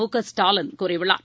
முகஸ்டாலின் கூறியுள்ளார்